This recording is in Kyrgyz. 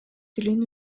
тилин